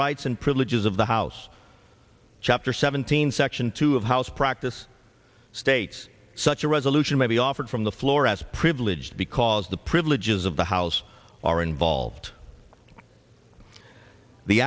rights and privileges of the house chapter seventeen section two of house practice states such a resolution may be offered from the floor as privileged because the privileges of the house are involved the